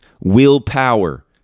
willpower